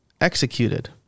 executed